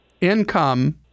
income